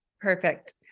Perfect